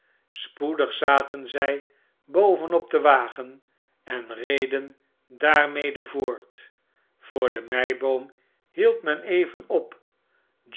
spoedig zaten zij boven op den wagen en reden daarmede voort voor de meiboom hield men even op